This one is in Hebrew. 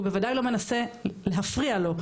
הוא בוודאי לא מנסה להפריע לו,